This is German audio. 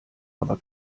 aber